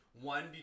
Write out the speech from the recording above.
one